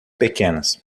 pequenas